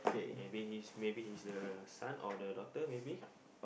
maybe he's maybe he's the son or the daughter maybe